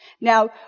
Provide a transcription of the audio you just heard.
Now